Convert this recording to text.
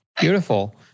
Beautiful